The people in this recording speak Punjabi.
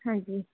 ਹਾਂਜੀ